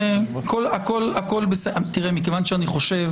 כיוון שאני חושב